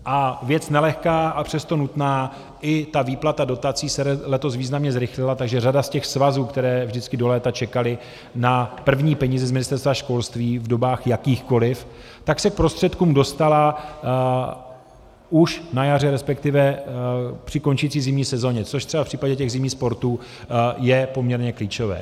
A věc nelehká, a přesto nutná, i ta výplata dotací se letos významně zrychlila, takže řada z těch svazů, které vždycky do léta čekaly na první peníze z Ministerstva školství v dobách jakýchkoli, se k prostředkům dostala už na jaře resp. při končící zimní sezóně, což třeba v případě těch zimních sportů je poměrně klíčové.